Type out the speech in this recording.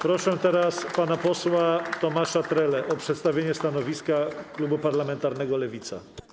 Proszę teraz pana posła Tomasza Trelę o przedstawienie stanowiska klubu parlamentarnego Lewica.